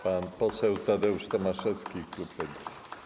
Pan poseł Tadeusz Tomaszewski, klub Lewicy.